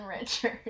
richard